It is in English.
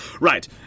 Right